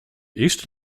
east